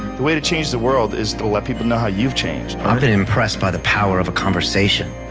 the way to change the world is to let people know how you've changed. i've been impressed by the power of a conversation.